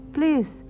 Please